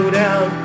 down